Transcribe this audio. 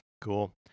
Cool